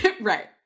Right